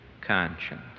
conscience